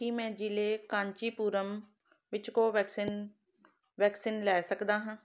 ਕੀ ਮੈਂ ਜ਼ਿਲ੍ਹੇ ਕਾਂਚੀਪੁਰਮ ਵਿੱਚ ਕੋਵੈਕਸਿਨ ਵੈਕਸੀਨ ਲੈ ਸਕਦਾ ਹਾਂ